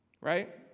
Right